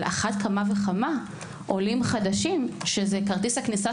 על אחת כמה וכמה עולים חדשים שזה כרטיס הכניסה